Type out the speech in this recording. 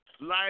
life